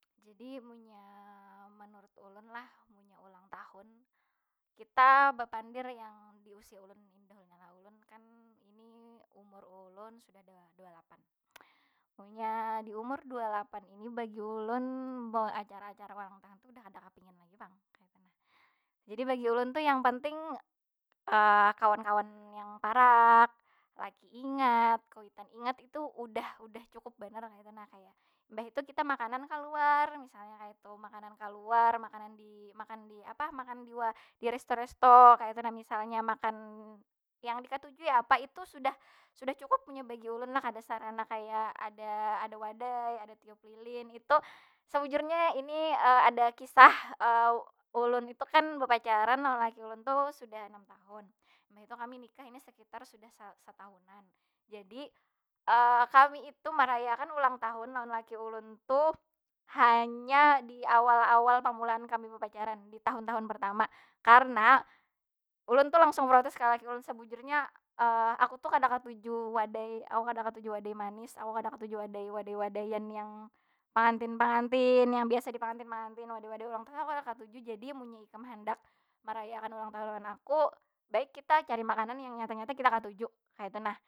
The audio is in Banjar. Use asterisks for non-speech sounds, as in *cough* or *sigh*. Jadi munnya menurut ulun lah, munnya ulang tahun. Kita bapandir yang di usia ulun, ini dahulunya lah. Ulun kan ini umur ulun sudah dua dua lapan. *noise* Munnya umur di dua lapan ini bagi ulun beacara- acara ulang tahun tu sudah kada kapingin lagi pang kaytu nah. Jadi bagi ulun tu yang penting, *hesitation* kawan kawan yang parak, laki ingat, kuitan ingat. Itu udah udah cukup banar kaytu nah. Kaya, imbah itu kita makanan kaluar misalnya kaytu. Makanan kaluar, makanan di makan di, apa makan di di resto resto kaytu nah. Misalnya makan yang diketujui apa, itu sudah sudah cukup munnya bagi ulun lah. Kada sarana kaya ada ada wadai, ada tiup lilin, itu. Sebujurnya ini ada kisah, *hesitation* ulun itu kan bepacaran lawan laki ulun tu sudah enam tahun. Mbah ini kami nikah ini sekitar sudah sa- satahunan. Jadi *hesitation* kami itu marayakan ulang tahun lawan laki ulun tuh hanya di awal awal pamulaan kami bapacaran, di tahun tahun pertama. Karena ulun tu langsung protes ka laki ulun, sebujurnya *hesitation* aku tu kada katuju wadai, aku kada katuju wadai manis, aku kada katuju wadai- wadai- wadaian yang pangantin pangantin yang biasa di pangantin pangantin, wadai wadai ulang tahun tu aku kada katuju. Jadi munnya ikam handak merayakan ulang tahun lawan aku baik kita cari makanan yang nyata nyata kita katuju, kaytu nah.